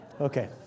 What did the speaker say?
Okay